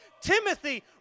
timothy